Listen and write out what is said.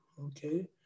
okay